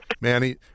Manny